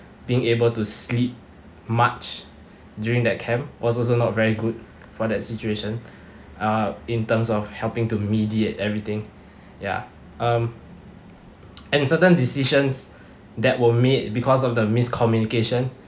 being able to sleep much during that camp was also not very good for that situation uh in terms of helping to mediate everything ya um and certain decisions that were made because of the miscommunication